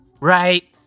Right